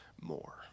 more